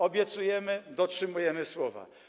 Obiecujemy i dotrzymujemy słowa.